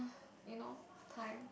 you know kind